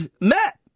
met